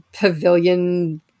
pavilion